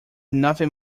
nothing